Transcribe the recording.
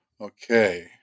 Okay